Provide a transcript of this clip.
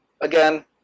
again